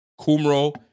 Kumro